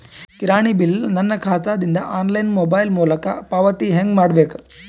ಕಿರಾಣಿ ಬಿಲ್ ನನ್ನ ಖಾತಾ ದಿಂದ ಆನ್ಲೈನ್ ಮೊಬೈಲ್ ಮೊಲಕ ಪಾವತಿ ಹೆಂಗ್ ಮಾಡಬೇಕು?